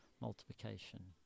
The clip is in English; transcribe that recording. Multiplication